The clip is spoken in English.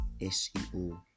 SEO